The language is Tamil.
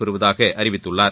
பெறுவதாக அறிவித்துள்ளார்